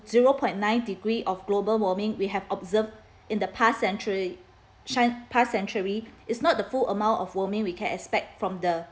zero point nine degree of global warming we have observed in the past century cen~ past century is not the full amount of warming we can expect from the